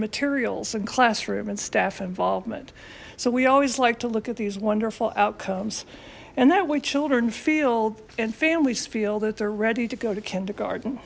materials in classroom and staff involvement so we always like to look at these wonderful outcomes and that way children feel and families feel that they're ready to go to kindergarten